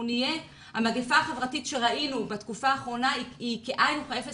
המגיפה החברתית שראינו בתקופה האחרונה היא כאין וכאפס